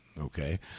Okay